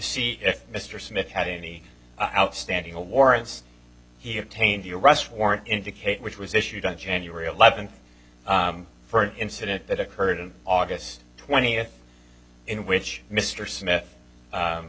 if mr smith had any outstanding warrants he obtained the arrest warrant indicate which was issued on january eleventh for an incident that occurred in august twentieth in which mr smith